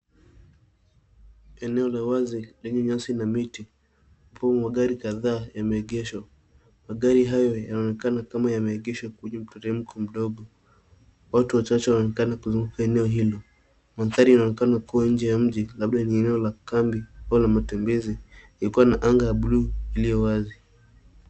Eneo la wazi lenye nyasi na miti huku magari kadhaa yameegeshwa. Magari hayo yanaonekana kama yameegeshwa kwenye mteremko mdogo. Watu wachache wanaonekana kuzunguka eneo hilo. Mandhari ianonekana kuwa nje ya mji, labda ni eneo la kambi au la matembezi ikiwa na anga ya buluu iliyo wazi .